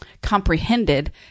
comprehended